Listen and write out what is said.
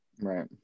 right